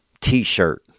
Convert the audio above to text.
T-shirt